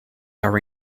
are